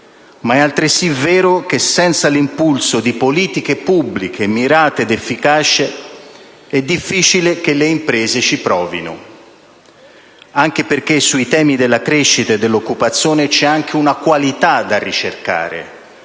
ma è altresì vero che senza l'impulso di politiche pubbliche mirate ed efficaci è difficile che le imprese ci provino; anche perché sui temi della crescita e dell'occupazione c'è pure una qualità da ricercare.